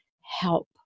help